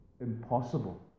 impossible